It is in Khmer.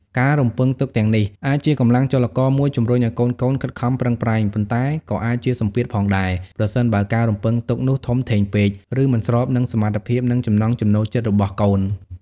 ការរំពឹងទុកទាំងនេះអាចជាកម្លាំងចលករមួយជំរុញឲ្យកូនៗខិតខំប្រឹងប្រែង ប៉ុន្តែក៏អាចជាសម្ពាធផងដែរ ប្រសិនបើការរំពឹងទុកនោះធំធេងពេក ឬមិនស្របនឹងសមត្ថភាព និងចំណង់ចំណូលចិត្តរបស់កូន។